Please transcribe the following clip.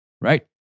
Right